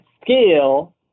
scale